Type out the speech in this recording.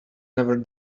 never